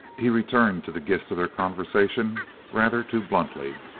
he returned to the gist of their conversation rather too bluntly.